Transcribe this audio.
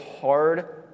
hard